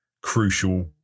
crucial